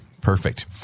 Perfect